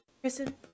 Kristen